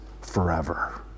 forever